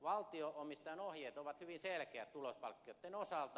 valtio omistajan ohjeet ovat hyvin selkeät tulospalkkioiden osalta